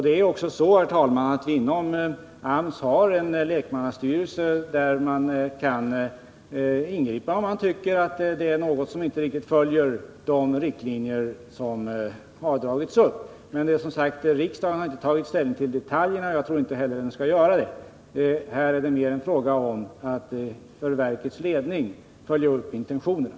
Det är också så, herr talman, att AMS har en lekmannastyrelse, där man kan ingripa om man tycker att någonting inte riktigt följer de riktlinjer som dragits upp. Men riksdagen har som sagt inte tagit ställning till detaljerna, och jag tror inte heller att riksdagen skall göra det. Här är det mer fråga om att för verkets ledning följa upp intentionerna.